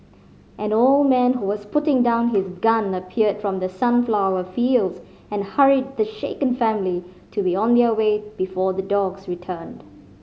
an old man who was putting down his gun appeared from the sunflower fields and hurried the shaken family to be on their way before the dogs return